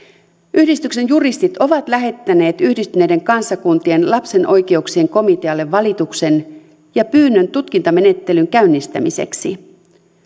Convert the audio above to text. yhdistyksen juristit ovat lähettäneet yhdistyneiden kansakuntien lapsen oikeuksien komitealle valituksen ja pyynnön tutkintamenettelyn käynnistämiseksi